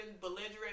belligerent